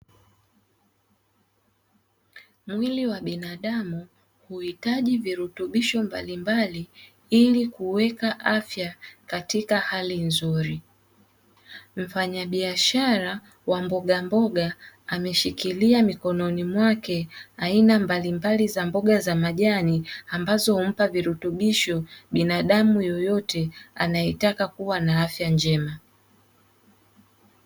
Mwili wa binadamu huhitaji virutubisho mbalimbali ili kuweka afya katika hali nzuri. Mfanya biashara wa mbogamboga, ameshikilia mikononi mwake aina mbalimbali ya mboga za majani, ambazo huumpa virutubisho binadamu yeyote anayetaka kuwa na afya njema.